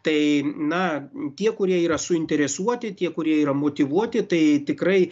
tai na tie kurie yra suinteresuoti tie kurie yra motyvuoti tai tikrai